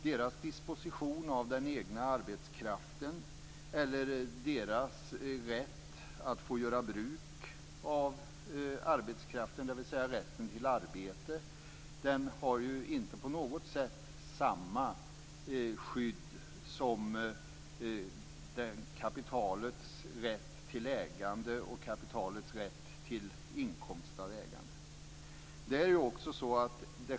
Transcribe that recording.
Deras disposition av den egna arbetskraften eller deras rätt att få göra bruk av arbetskraften, dvs. rätten till arbete, har ju inte på något sätt samma skydd som kapitalets rätt till ägande och kapitalets rätt till inkomst av ägande.